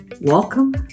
Welcome